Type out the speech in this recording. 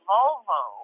Volvo